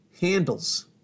Handles